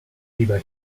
lieber